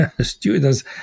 students